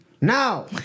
No